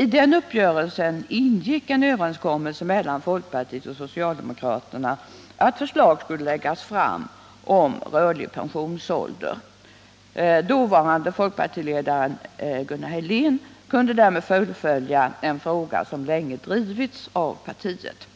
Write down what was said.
I den uppgörelsen ingick en överenskommelse mellan folkpartiet och socialdemokraterna om att förslag skulle läggas fram om rörlig pensionsålder. Dåvarande folkpartiledaren Gunnar Helén kunde därmed fullfölja en fråga som länge drivits av folkpartiet.